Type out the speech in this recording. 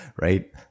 right